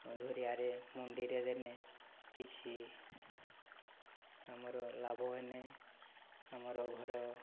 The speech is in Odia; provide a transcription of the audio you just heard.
ଆମ ଧରିବାରେ ମଣ୍ଡିରେ ଦେଲେ କିଛି ଆମର ଲାଭ ହେଲେ ଆମର ଘର